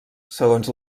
segons